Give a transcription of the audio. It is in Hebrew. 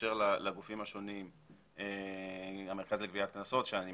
שתאפשר לגופים השונים, למרכז לגביית קנסות שלא